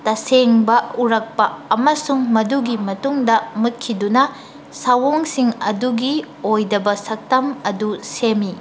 ꯇꯁꯦꯡꯕ ꯎꯔꯛꯄ ꯑꯃꯁꯨꯡ ꯃꯗꯨꯒꯤ ꯃꯇꯨꯡꯗ ꯃꯨꯠꯈꯤꯗꯨꯅ ꯁꯥꯑꯣꯡꯁꯤꯡ ꯑꯗꯨꯒꯤ ꯑꯣꯏꯗꯕ ꯁꯛꯇꯝ ꯑꯗꯨ ꯁꯦꯝꯃꯤ